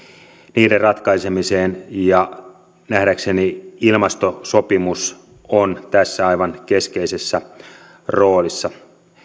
niiden ratkaisemiseen ja nähdäkseni ilmastosopimus on tässä aivan keskeisessä roolissa